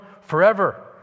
forever